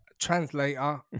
Translator